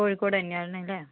കോഴിക്കോട് തന്നെയാണല്ലേ